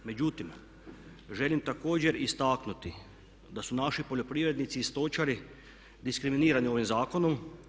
Međutim, želim također istaknuti da su naši poljoprivrednici i stočari diskriminirani ovim zakonom.